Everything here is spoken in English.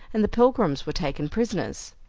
and the pilgrims were taken prisoners.